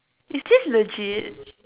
is this legit